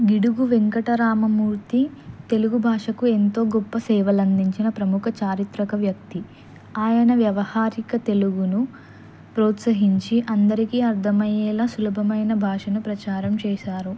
గిడుగు వెంకటరామమూర్తి తెలుగు భాషకు ఎంతో గొప్ప సేవలందించిన ప్రముఖ చారిత్రక వ్యక్తి ఆయన వ్యవహారిక తెలుగును ప్రోత్సహించి అందరికీ అర్థమయ్యేలా సులభమైన భాషను ప్రచారం చేశారు